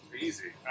Easy